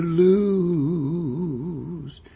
lose